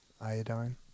Iodine